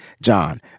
John